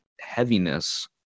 heaviness